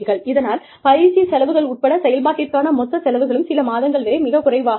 இதனால் பயிற்சி செலவுகள் உட்பட செயல்பாட்டிற்கான மொத்த செலவுகளும் சில மாதங்கள் வரை மிகக் குறைவாக இருக்கும்